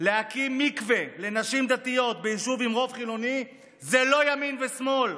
להקים מקווה לנשים דתיות ביישוב עם רוב חילוני זה לא ימין ושמאל,